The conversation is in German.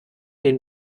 den